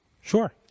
Sure